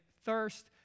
thirst